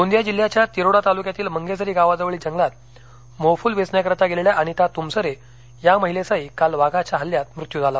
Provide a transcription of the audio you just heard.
गोंदिया जिल्ह्याच्या तिरोडा तालुक्यातील मंगेझरी गावाजवळील जंगलात मोहफूल वेचण्याकरता गेलेल्या अनिता तुमसरे या महिलेचाही काल वाघाच्या हल्यात मृत्यू झाला